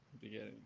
Beginning